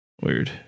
Weird